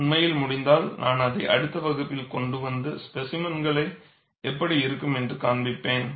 உண்மையில் முடிந்தால் நான் அதை அடுத்த வகுப்பில் கொண்டு வந்து ஸ்பேசிமென்கள் எப்படி இருக்கும் என்பதைக் காண்பிப்பேன்